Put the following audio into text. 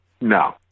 No